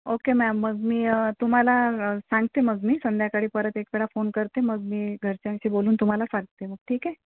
okay ma'am मग मी तुम्हाला सांगते मग मी संध्याकाळी परत एकदा फोन करते मग मी घरच्यांशी बोलून तुम्हाला सांगते मग ठीक आहे